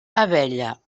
abella